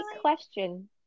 question